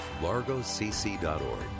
LargoCC.org